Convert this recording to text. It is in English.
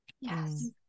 Yes